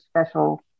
special